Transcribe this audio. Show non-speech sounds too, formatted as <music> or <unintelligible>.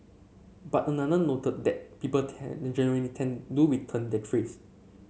but another noted that people tend <unintelligible> tend do return their trays